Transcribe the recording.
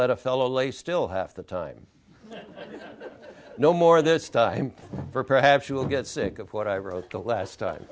let a fellow lay still half the time no more this time perhaps you will get sick of what i wrote the last time